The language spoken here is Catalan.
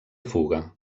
fuga